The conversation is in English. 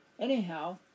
anyhow